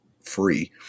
free